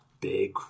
big